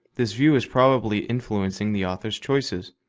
this view is probably influencing the author's choices.